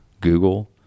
Google